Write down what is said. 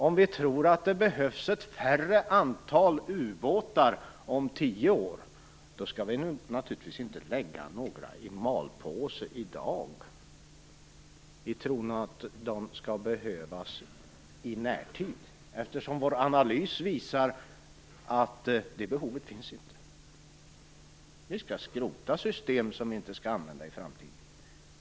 Om vi tror att det behövs ett mindre antal ubåtar om tio år skall vi naturligtvis inte lägga några i malpåse i dag i tron att de kommer att behövas i närtid, eftersom vår analys visar att det behovet inte finns. Vi skall skrota system som vi inte skall använda i framtiden.